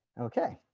okay.